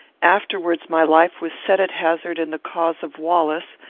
afterwards my life was set at hazard in the cause of wallace,